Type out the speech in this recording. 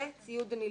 וציוד הנלווה.